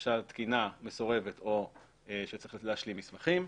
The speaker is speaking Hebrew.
הבקשה תקינה, מסורבת או שצריך להשלים מסמכים.